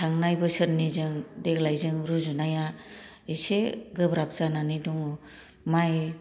थांनाय बोसोरनिजों देग्लायजों रुजुनाया एसे गोब्राब जानानै दङ माइ